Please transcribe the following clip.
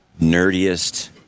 nerdiest